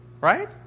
Right